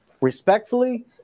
respectfully